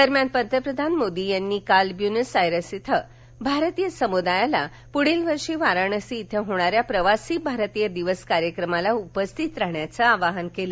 दरम्यान पंतप्रधान नरेंद्र मोदी यांनी काल ब्युनास आयर्स इथं भारतीय समुदायाला पुढील वर्षी वाराणसी इथं होणाऱ्या प्रवासी भारतीय दिवस कार्यक्रमाला उपस्थित राहण्याचे आवाहन केलं